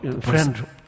friend